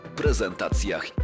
prezentacjach